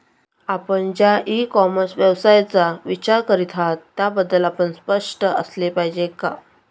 आपण ज्या e commerce व्यवसायाचा विचार करीत आहात त्याबद्दल आपण स्पष्ट असले पाहिजे का?